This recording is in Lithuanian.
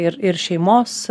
ir ir šeimos